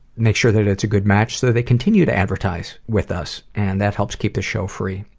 make sure that it's a good match so they continue to advertise with us, and that helps keep the show free.